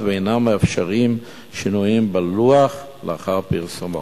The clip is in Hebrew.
אינם מאפשרים שינויים בלוח לאחר פרסומו.